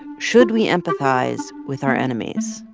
should we empathize with our enemies?